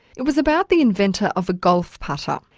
it was about the inventor of a golf putter. um